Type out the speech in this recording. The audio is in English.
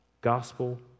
Gospel